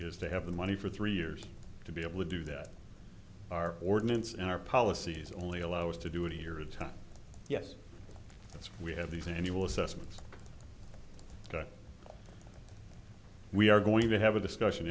is to have the money for three years to be able to do that are ordinance in our policies only allow us to do it here in time yes that's we have these annual assessments we are going to have a discussion